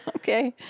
Okay